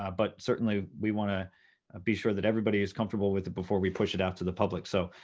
ah but certainly, we wanna be sure that everybody is comfortable with it before we push it out to the public. so,